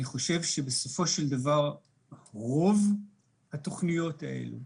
אני חושב שבסופו של דבר רוב התוכניות האלה,